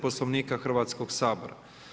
Poslovnika Hrvatskog sabora.